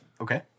okay